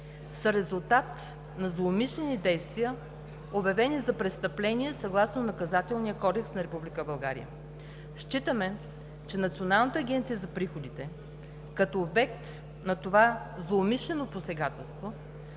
са резултат на злоумишлени действия, обявени за престъпление съгласно Наказателния кодекс на Република България. Считаме, че Националната агенция за приходите като обект на това злоумишлено посегателство